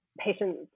patients